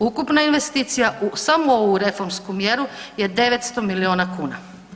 Ukupna investicija u samo ovu reformsku mjeru je 900 milijuna kuna.